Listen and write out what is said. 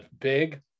Big